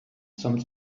some